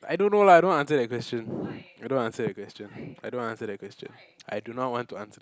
I don't know lah I don't want answer that question I don't want answer that question I don't want answer that question I do not want to answer